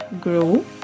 grow